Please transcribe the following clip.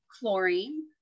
Chlorine